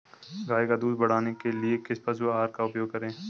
गाय का दूध बढ़ाने के लिए किस पशु आहार का उपयोग करें?